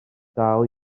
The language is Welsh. dal